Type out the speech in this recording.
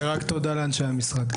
רק תודה לאנשי המשרד,